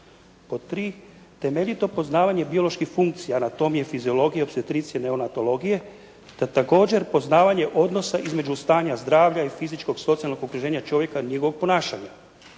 temeljito poznavanje bioloških funkcija anatomije, fiziologije, opstetricije i neonatologije, te također poznavanje odnosa između stanja zdravlja i fizičkog, socijalnog okruženja čovjeka, njegovog ponašanja.